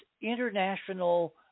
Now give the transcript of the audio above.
international